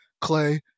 Clay